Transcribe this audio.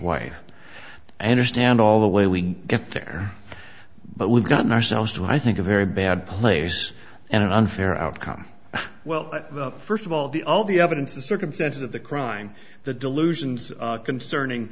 i stand all the way we get there but we've gotten ourselves to i think a very bad place and an unfair outcome well first of all the all the evidence the circumstances of the crime the delusions concerning